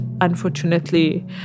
unfortunately